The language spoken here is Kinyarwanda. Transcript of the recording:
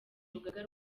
rugaga